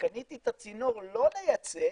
שקניתי את הצינור לא לייצא,